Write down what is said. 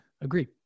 agree